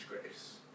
grace